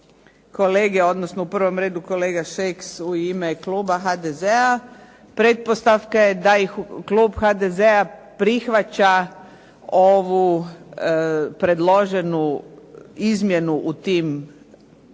kolege, odnosno u prvom redu kolega Šeks u ime kluba HDZ-a, pretpostavka je da ih klub HDZ-a prihvaća ovu predloženu izmjenu u tim ili